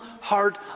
heart